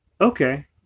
Okay